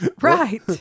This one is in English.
Right